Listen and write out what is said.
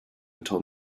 until